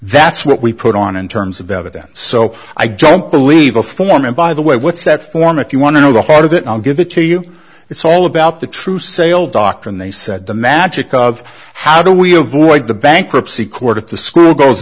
that's what we put on in terms of evidence so i jumped believe a foreman by the way what's that form if you want to know the heart of it i'll give it to you it's all about the true sale doctrine they said the magic of how do we avoid the bankruptcy court if the school goes